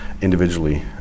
individually